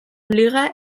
liga